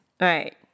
Right